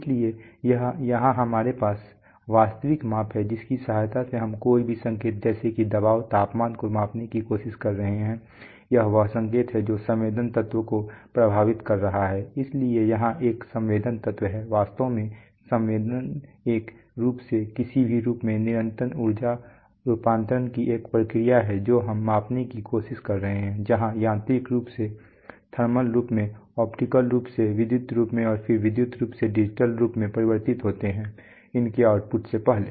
इसलिए यहाँ हमारे पास वास्तविक माप है जिसकी सहायता से हम कोई भी संकेत जैसे कि दबाव तापमान को मापने की कोशिश कर रहे हैं यह वह संकेत है जो संवेदन तत्व को प्रभावित कर रहा है इसलिए यहां एक संवेदन तत्व है वास्तव में संवेदन एक रूप से किसी भी रूप से निरंतर ऊर्जा रूपांतरण की एक प्रक्रिया है जो हम मापने की कोशिश कर रहे हैं जहां यांत्रिक रूप से थर्मल रूप में या ऑप्टिकल रूप से विद्युत रूप में और फिर विद्युत रूप से डिजिटल रूपों में परिवर्तित होता है उनके आउटपुट से पहले